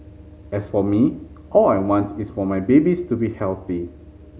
as for me all I want is for my babies to be healthy